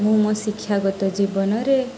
ମୁଁ ମୋ ଶିକ୍ଷାଗତ ଜୀବନରେ